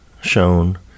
shown